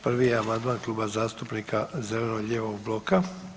Prvi je amandman Kluba zastupnika zeleno-lijevog bloka.